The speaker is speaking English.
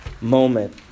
moment